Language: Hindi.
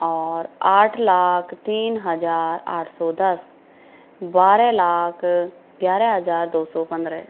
और आठ लाख तीन हज़ार आठ सौ दस बारह लाख ग्यारह हज़ार दो सौ पंद्रह